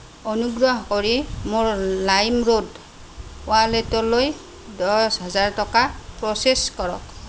অনুগ্ৰহ কৰি মোৰ লাইমৰোড ৱালেটলৈ দচ হাজাৰ টকা প্ৰচেছ কৰক